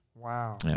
Wow